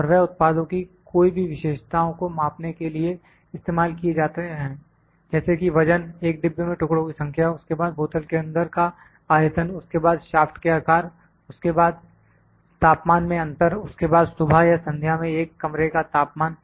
और वह उत्पादों की कोई भी विशेषताओं को मापने के लिए इस्तेमाल किए जाते हैं जैसे कि वजन एक डिब्बे में टुकड़ों की संख्या उसके बाद बोतल के अंदर का आयतन उसके बाद शाफ्ट के आकार उसके बाद तापमान में अंतर उसके बाद सुबह या संध्या में एक कमरे का तापमान